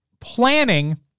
planning